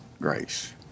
grace